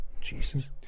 Jesus